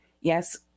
Yes